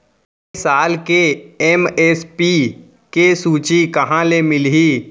ए साल के एम.एस.पी के सूची कहाँ ले मिलही?